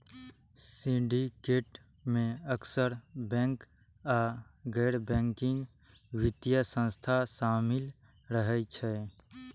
syndicate मे अक्सर bank आ गैर बैंकिंग वित्तीय संस्था शामिल रहै छै